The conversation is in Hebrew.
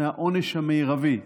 מהעונש המרבי.